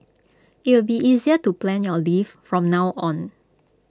IT will be easier to plan your leave from now on